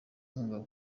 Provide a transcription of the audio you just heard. inkunga